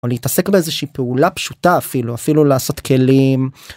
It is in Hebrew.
להתעסק באיזושהי פעולה פשוטה אפילו אפילו לעשות כלים.